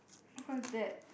what's that